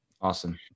Awesome